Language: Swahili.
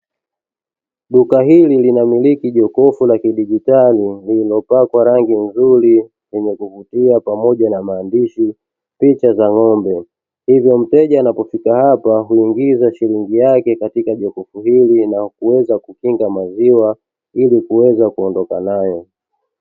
Duka hili linamiliki jokofu la kijitali lililopakwa rangi nzuri yenye kuvutia pamoja na maandishi, picha za ngombe, hivyo mteja anapofika hapa huingizia shilingi yake katika jokofu hili na kuweza kukinga maziwa Ili kuweza kuondoka nayo.